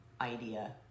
idea